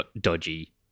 dodgy